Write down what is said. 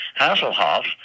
Hasselhoff